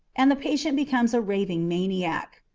and the patient becomes a raving maniac.